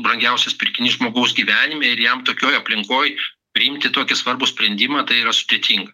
brangiausias pirkinys žmogaus gyvenime ir jam tokioj aplinkoj priimti tokį svarbų sprendimą tai yra sudėtinga